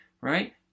right